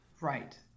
Right